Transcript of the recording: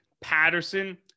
Patterson